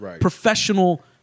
professional